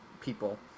people